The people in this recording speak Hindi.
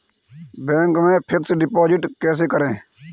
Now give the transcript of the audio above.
बैंक में फिक्स डिपाजिट कैसे करें?